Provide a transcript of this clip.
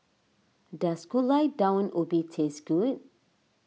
does Gulai Daun Ubi taste good